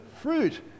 fruit